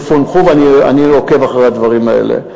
שיפוענחו, ואני עוקב אחרי הדברים האלה.